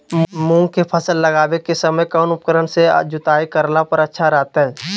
मूंग के फसल लगावे के समय कौन उपकरण से जुताई करला पर अच्छा रहतय?